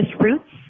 roots